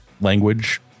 language